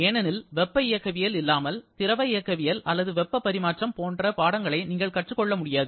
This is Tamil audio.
ஏனெனில் வெப்ப இயக்கவியல் இல்லாமல் திரவ இயக்கவியல் அல்லது வெப்ப பரிமாற்றம் போன்ற பாடங்களை நீங்கள் கற்றுக்கொள்ள முடியாது